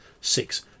six